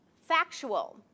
factual